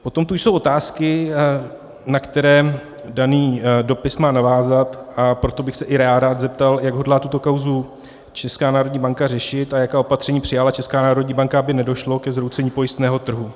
Potom tu jsou otázky, na které má daný dopis navázat, a proto bych se i já rád zeptal, jak hodláte kauzu Česká národní banka řešit a jaká opatření přijala Česká národní banka, aby nedošlo ke zhroucení pojistného trhu.